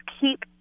keep